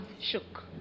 shook